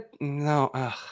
No